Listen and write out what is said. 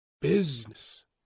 business